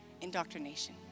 indoctrination